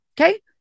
okay